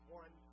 one